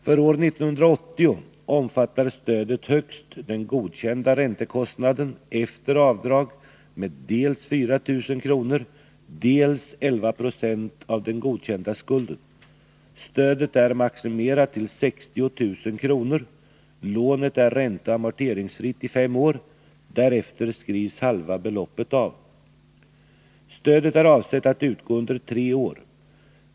För år 1980 omfattar stödet högst den godkända räntekostnaden efter avdrag med dels 4 000 kr., dels 11 90 av den godkända skulden. Stödet är maximerat till 60 000 kr. Lånet är ränteoch amorteringsfritt i fem år. Därefter skrivs halva beloppet av. Stödet är avsett att utgå under tre år.